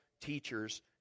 teachers